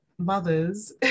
mothers